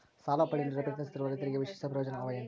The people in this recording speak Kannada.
ಸಾಲ ಪಡೆಯಲು ಪ್ರಯತ್ನಿಸುತ್ತಿರುವ ರೈತರಿಗೆ ವಿಶೇಷ ಪ್ರಯೋಜನ ಅವ ಏನ್ರಿ?